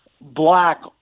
black